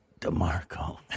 DeMarco